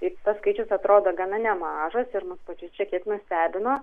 ir tas skaičius atrodo gana nemažas ir mus pačius čia kiek nustebino